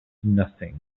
nothing